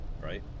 right